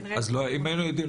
כנראה --- אם היינו יודעים,